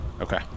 Okay